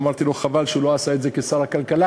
אמרתי לו שחבל שהוא לא עשה את זה כשר הכלכלה,